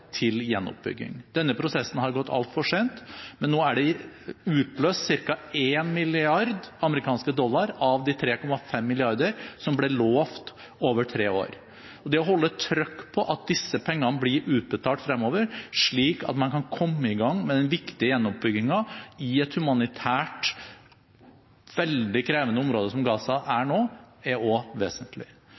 til gjenoppbygging. Denne prosessen har gått altfor sent, men nå er det utløst ca. 1 mrd. amerikanske dollar av de 3,5 mrd. som ble lovet over tre år. Og det å holde trykket på at disse pengene blir utbetalt fremover, slik at man kan komme i gang med den viktige gjenoppbyggingen i et humanitært sett veldig krevende område som Gaza er nå, er også vesentlig.